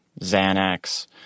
Xanax